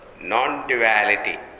non-duality